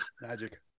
magic